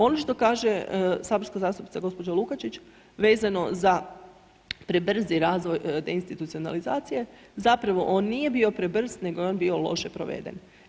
Ono što kaže saborska zastupnica gospođa Lukačić vezano za prebrzi razvoj deinstitucionalizacije, zapravo on nije bio prebrz nego je on bio loše proveden.